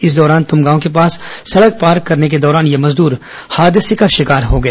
इस दौरान तुमगांव के पास सड़क पार करने के दौरान ये मजदूर हादसे का शिकार हो गए